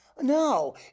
No